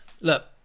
Look